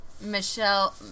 Michelle